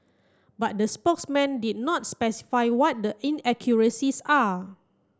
but the spokesman did not specify what the inaccuracies are